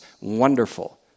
wonderful